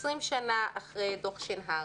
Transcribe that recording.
20 שנים אחרי דוח שנהר